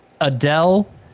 Adele